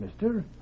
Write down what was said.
mister